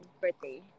birthday